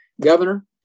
Governor